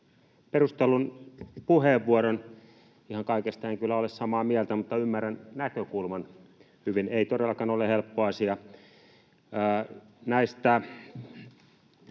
perustellun puheenvuoron. Ihan kaikesta en kyllä ole samaa mieltä, mutta ymmärrän näkökulman hyvin. Ei todellakaan ole helppo asia.